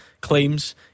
Claims